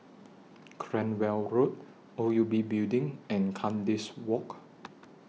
Cranwell Road O U B Building and Kandis Walk